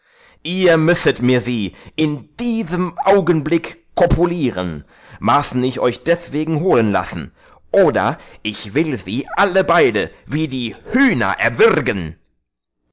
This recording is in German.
ihr müsset mir sie in diesem augenblick kopulieren maßen ich euch deswegen holen lassen oder ich will sie alle beide wie die hühner erwürgen